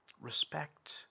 respect